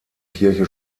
kirche